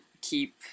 keep